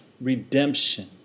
Redemption